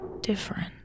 different